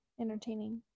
entertaining